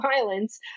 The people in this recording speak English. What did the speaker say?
violence